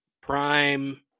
prime